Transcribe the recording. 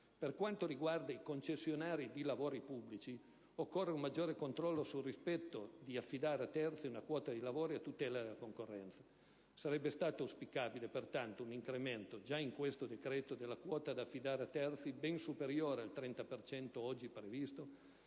Per quanto riguarda i concessionari di lavori pubblici, occorre un maggiore controllo sul rispetto di affidare a terzi una quota di lavori a tutela della concorrenza. Sarebbe stato auspicabile pertanto un incremento, già in questo decreto, della quota da affidare a terzi ben superiore al 30 per cento